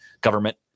government